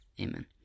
Amen